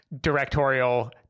directorial